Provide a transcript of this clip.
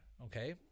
Okay